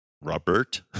Robert